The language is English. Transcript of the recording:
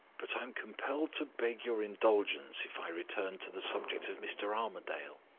but i am compelled to beg your indulgence if i return to the subject of mr. armadale.